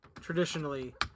Traditionally